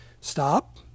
Stop